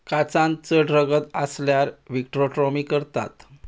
कांचान चड रगत आसल्यार व्हिट्रेक्टॉमी करतात